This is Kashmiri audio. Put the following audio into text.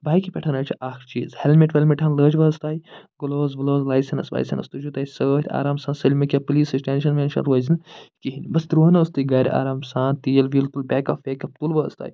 بایکہِ پٮ۪ٹھ حظ چھُ اکھ چیٖز ہیٚلمِٹ ویٚلمِٹ ہن لاجوٕ حظ تۄہہِ گٕلَوز وٕلوز لایسَنٕس وایسَنٕس تُجوٕ تۄہہِ سۭتۍ آرام سان سورُے کیٚنٛہہ پولیٖسٕچ وُلٮیٖسٕچ ٹیٚنشَن ویٚنشَن روزِ نہٕ کِہیٖنۍ بس درٛٲو نَہ حظ تُہۍ گھرِ آرام سان تیٖل ویٖل تُل بیک اَپ ویک اَپ تُلوٕ حظ تۄہہِ